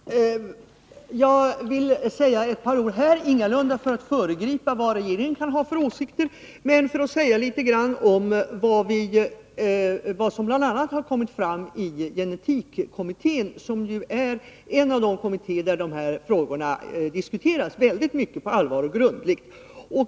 Herr talman! Jag vill säga ett par ord, ingalunda för att föregripa regeringens åsikter, utan för att säga litet grand om vad som bl.a. har framkommit i gen-etikkommittén. Kommittén är en av de kommittéer där dessa frågor diskuteras seriöst och grundligt.